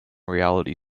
reality